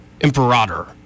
imperator